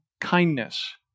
kindness